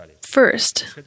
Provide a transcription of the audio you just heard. First